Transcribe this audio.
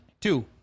Two